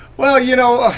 well, you know,